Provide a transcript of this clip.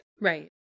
Right